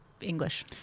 English